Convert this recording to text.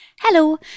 Hello